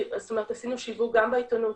עשינו שיווק גם בעיתונות,